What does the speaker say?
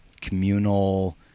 communal